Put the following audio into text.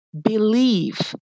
believe